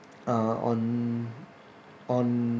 uh on on